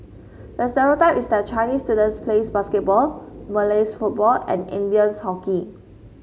the stereotype is that Chinese students play basketball Malays football and Indians hockey